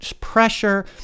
pressure